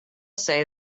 say